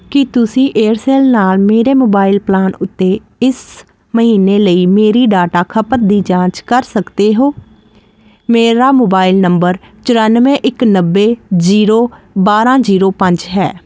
ਕੀ ਤੁਸੀਂ ਏਅਰਸੈਲ ਨਾਲ ਮੇਰੇ ਮੋਬਾਈਲ ਪਲਾਨ ਉੱਤੇ ਇਸ ਮਹੀਨੇ ਲਈ ਮੇਰੀ ਡਾਟਾ ਖਪਤ ਦੀ ਜਾਂਚ ਕਰ ਸਕਦੇ ਹੋ ਮੇਰਾ ਮੋਬਾਈਲ ਨੰਬਰ ਚੁਰਾਨਵੇਂ ਇੱਕ ਨੱਬੇ ਜੀਰੋ ਬਾਰਾਂ ਜੀਰੋ ਪੰਜ ਹੈ